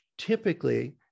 Typically